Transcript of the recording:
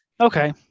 Okay